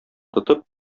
тотып